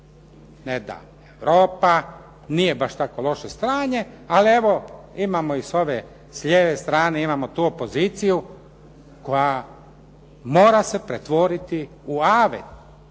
Neda Europa, nije baš tako loše stanje, ali evo imamo i s ove lijeve strane, imamo tu opoziciju koja mora se pretvoriti u avet,